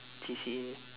C_C_A